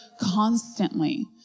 constantly